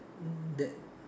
that